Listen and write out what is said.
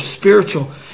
spiritual